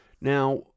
Now